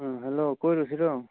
ꯎꯝ ꯍꯜꯂꯣ ꯀꯣꯏꯔꯨꯁꯤꯔꯣ